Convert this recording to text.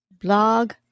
blog